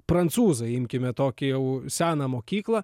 prancūzai imkime tokį jau seną mokyklą